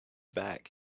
back